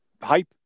Hype